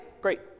great